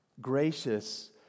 Gracious